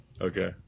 Okay